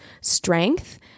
strength